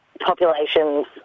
Populations